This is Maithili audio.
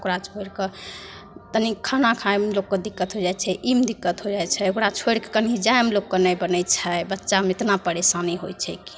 ओकरा छोड़िके तनि खाना खाइमे लोकके दिक्कत हो जाइ छै ई मे दिक्कत हो जाइ छै ओकरा छोड़िके कहीँ जाइमे लोकके नहि बनै छै बच्चामे एतना परेशानी होइ छै कि